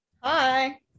Hi